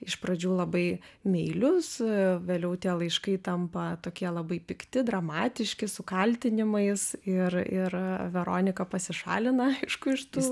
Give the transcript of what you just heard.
iš pradžių labai meilius vėliau tie laiškai tampa tokie labai pikti dramatiški su kaltinimais ir ir veronika pasišalina aišku iš tų